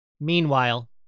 Meanwhile